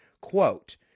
Quote